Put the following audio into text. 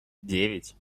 девять